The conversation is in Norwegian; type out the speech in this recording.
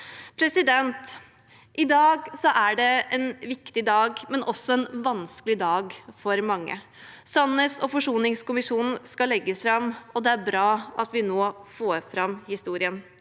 behandles. I dag er det en viktig dag, men også en vanskelig dag for mange. Sannhets- og forsoningskommisjonens rapport skal legges fram i dag, og det er bra at vi nå får fram historien.